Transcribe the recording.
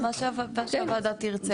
מה שהוועדה תרצה.